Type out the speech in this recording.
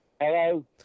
Hello